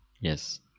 Yes